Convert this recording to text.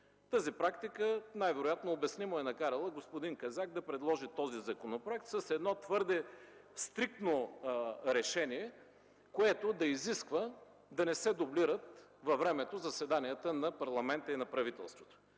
Тази практика най-вероятно обяснимо е накарала господин Казак да предложи този законопроект с едно твърде стриктно решение, което да изисква да не се дублират във времето заседанията на парламента и на правителството.